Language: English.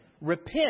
Repent